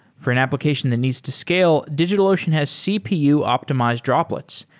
for an application that needs to scale, digitalocean has cpu optimized droplets,